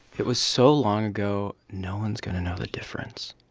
it was so long ago, no one's going to know the difference